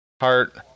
heart